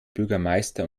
bürgermeister